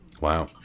Wow